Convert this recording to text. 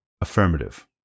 affirmative